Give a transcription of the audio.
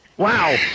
Wow